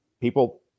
people